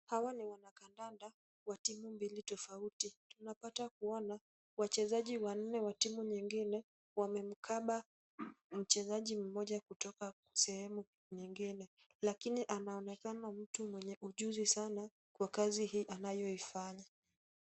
Hawa ni wanakadanda wa timu mbili tofauti. Tunapata kuona wachezaji wanne wa timu nyingine wanamkaba mchezaji mmoja kutoka sehemu nyingine lakini anaonekana mtu mwenye ujuzi sana kwa kazi hii anayoifanya.